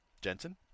Jensen